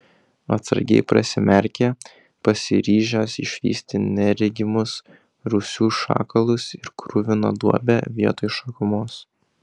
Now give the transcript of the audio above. atsargiai prasimerkė pasiryžęs išvysti neregimus rūsių šakalus ir kruviną duobę vietoj šakumos